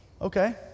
okay